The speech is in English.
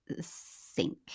sink